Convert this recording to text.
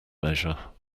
measure